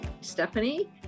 Stephanie